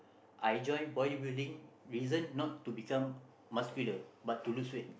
I joined bodybuilding reason not to become muscular but to lose weight